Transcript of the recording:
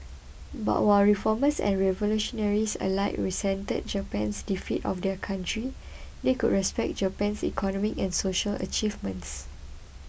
but while reformers and revolutionaries alike resented Japan's defeat of their country they could respect Japan's economic and social achievements